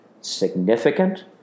significant